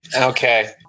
Okay